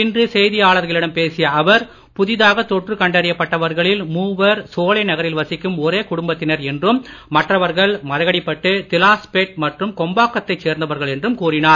இன்று செய்தியாளர்களிடம் பேசிய அவர் புதிதாக தொற்று கண்டறியப் பட்டவர்களில் மூவர் சோலை நகரில் வசிக்கும் ஒரே குடும்பத்தினர் என்றும் மற்றவர்கள் மதகடிபட்டு திலாஸ்பேட் மற்றும் கொம்பாக்கத்தைச் சேர்ந்தவர்கள் என்றும் அவர் கூறினார்